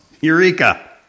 Eureka